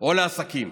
או לעסקים?